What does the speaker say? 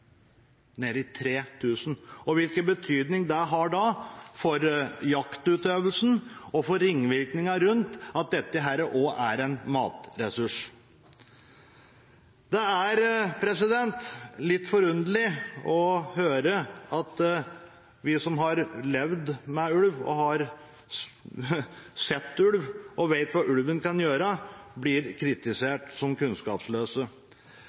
Hvilken betydning har det for jaktutøvelsen og ringvirkninger rundt at dette også er en matressurs? Det er litt forunderlig å høre at vi som har levd med ulv, har sett ulv og vet hva ulven kan gjøre, blir kritisert som kunnskapsløse.